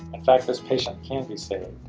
in fact this patient can be saved.